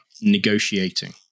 negotiating